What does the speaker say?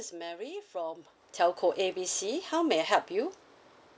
is mary from telco A B C how may I help you